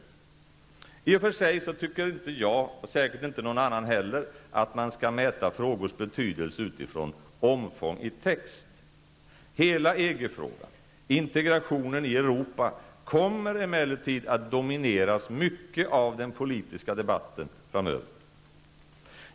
Jag tycker i och för sig inte -- och säkert ingen annan heller -- att man skall mäta frågors betydelse utifrån omfång i text. Hela EG-frågan, integreringen i Europa kommer emellertid att domineras mycket av den politiska debatten framöver.